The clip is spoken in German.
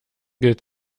gilt